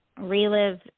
Relive